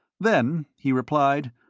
then, he replied,